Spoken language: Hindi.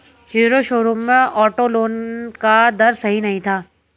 हीरो शोरूम में ऑटो लोन का दर सही नहीं था